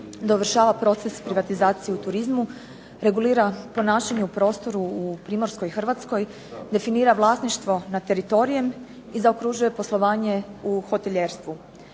dovršava proces privatizacije u turizmu, regulira ponašanje u prostoru u Primorskoj Hrvatskoj, definira vlasništvo nad teritorijem i zaokružuje poslovanje u hotelijerstvu.